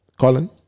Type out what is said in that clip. Colin